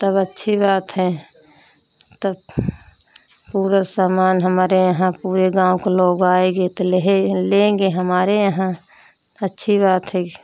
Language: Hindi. तब अच्छी बात है तब पूरा समान हमारे यहाँ पूरे गाँव क लोग आएगे तो ले लेंगे हमारे यहाँ अच्छी बात है